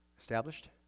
established